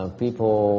people